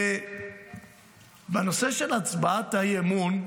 ובנושא של הצבעת האי-אמון,